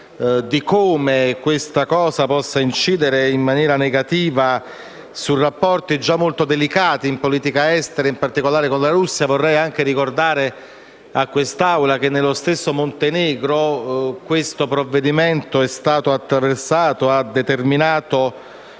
di come questa decisione possa incidere in maniera negativa su rapporti già molto delicati in politica estera, in particolare con la Russia. Vorrei ricordare all'Assemblea che nello stesso Montenegro questo provvedimento ha determinato